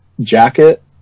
Jacket